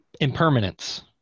Impermanence